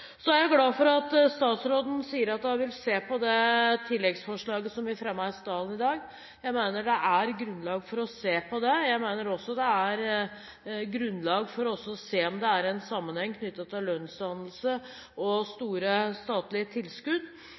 Så er jeg glad for at statsråden sier hun vil se på det tilleggsforslaget som vi fremmet i salen i dag. Jeg mener det er grunnlag for å se på det. Jeg mener også det er grunnlag for å se om det er en sammenheng knyttet til lønnsdannelse og store statlige tilskudd.